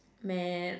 man